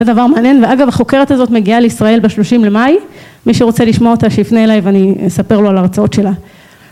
זה דבר מעניין ואגב החוקרת הזאת מגיעה לישראל בשלושים למאי. מי שרוצה לשמוע אותה, שיפנה אליי ואני אספר לו על ההרצאות שלה